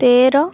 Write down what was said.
ତେର